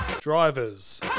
Drivers